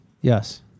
Yes